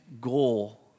goal